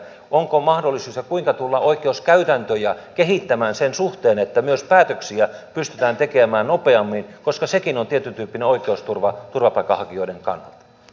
onko mahdollisuus ja kuinka tullaan oikeuskäytäntöjä kehittämään sen suhteen että myös päätöksiä pystytään tekemään nopeammin koska sekin on tietyntyyppinen oikeusturvakysymys turvapaikanhakijoiden kannalta